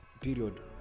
period